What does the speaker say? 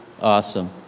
Awesome